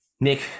Nick